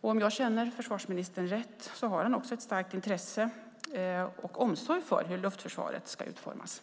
Om jag känner försvarsministern rätt har han också ett starkt intresse för och omsorg om hur luftförsvaret ska utformas.